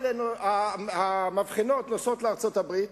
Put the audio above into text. המבחנות נוסעות לארצות-הברית,